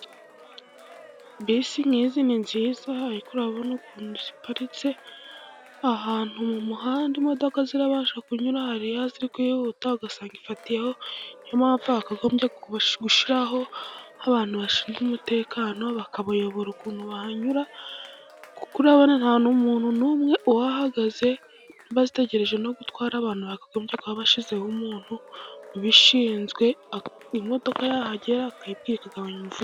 Bisi n'inziza ariko urabona ukuntu ziparitse ahantu mu muhanda imodoka zirabasha kunyura, hari iba iri kwihuta ugasanga ifatiyeho, niyo mpamvu bakagombye gushiraho nkabantu bashinzwe umutekano bakabayobora ukuntu bahanyura, kuko urabona nta n'umuntu n'umwe uhagaze ntiba zitegereje no gutwara abantu, bakagobye kuba bashizeho umuntu ubishinzwe imodoka yahagera akayibwira ikagabanya umuvuko.